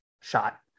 shot